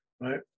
right